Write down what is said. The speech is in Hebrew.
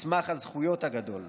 מסמך הזכויות הגדול,